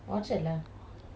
okay